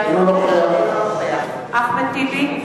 אינו נוכח אחמד טיבי,